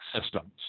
systems